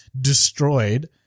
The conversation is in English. destroyed